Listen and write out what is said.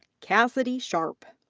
kassidy sharpe.